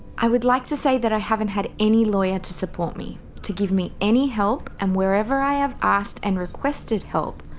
i would like to say that i haven't had any lawyer to support me to give me any help and wherever i have asked and requested help,